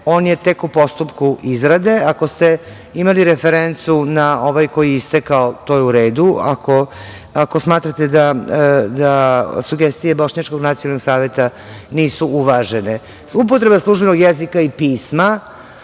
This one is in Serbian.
on je tek u postupku izrade, ako ste imali referencu na ovaj koji je istekao, to je u redu, ako smatrate da sugestije Bošnjačkog nacionalnog saveta nisu uvažene. Upotreba službenog jezika i pisma.